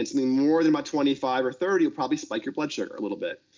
i mean more than about twenty five or thirty will probably spike your blood sugar a little bit,